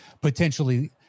potentially –